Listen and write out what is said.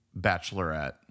Bachelorette